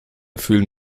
fühlen